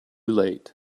late